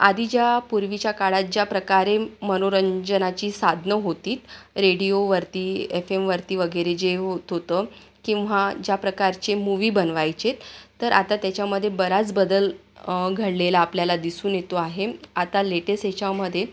आधीच्या पूर्वीच्या काळात ज्या प्रकारे मनोरंजनाची साधनं होती रेडियोवरती एफ एम वरती वगैरे जे होत होतं किंवा ज्या प्रकारचे मूवी बनवायचेत तर आता त्याच्यामध्ये बराच बदल घडलेला आपल्याला दिसून येतो आहे आता लेटेस ह्याच्यामध्ये